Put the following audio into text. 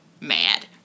mad